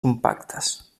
compactes